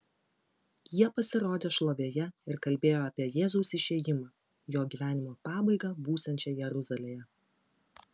jie pasirodė šlovėje ir kalbėjo apie jėzaus išėjimą jo gyvenimo pabaigą būsiančią jeruzalėje